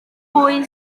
pwy